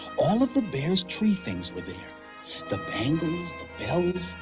all of the bears' tree things were there the bangles, the bells,